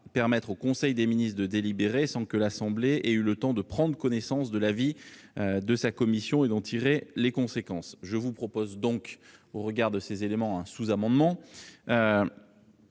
permettre au conseil des ministres de délibérer sans que l'assemblée ait eu le temps de prendre connaissance de l'avis de sa commission et d'en tirer les conséquences. C'est pourquoi je propose un sous-amendement